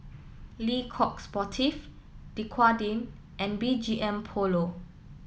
Le Coq Sportif Dequadin and B G M Polo